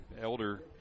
Elder